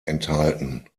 enthalten